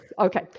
Okay